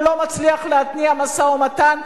הוא לא מצליח להתניע משא-ומתן.